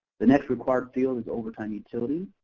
the next required field is overtime utilities.